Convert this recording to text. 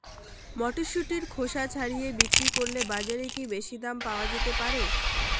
মটরশুটির খোসা ছাড়িয়ে বিক্রি করলে বাজারে কী বেশী দাম পাওয়া যেতে পারে?